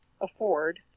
afford